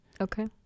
Okay